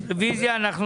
בעזרת השם,